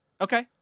Okay